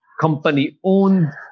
company-owned